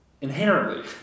inherently